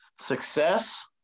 Success